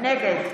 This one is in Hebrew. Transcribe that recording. נגד